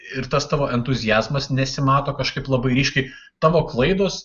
ir tas tavo entuziazmas nesimato kažkaip labai ryškiai tavo klaidos